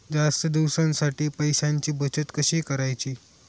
जास्त दिवसांसाठी पैशांची बचत कशी करायची?